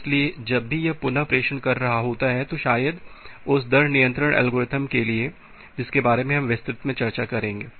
इसलिए जब भी यह पुनः प्रेषण कर रहा होता है शायद उस दर नियंत्रण एल्गोरिथ्म के जिसके बारे में हम विस्तृत में चर्चा करेंगे